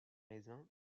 raisins